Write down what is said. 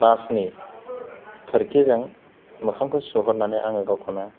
बासनि खोरखिजों मोखांखौ सुहरनानै आङो गावखौनो